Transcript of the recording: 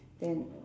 then err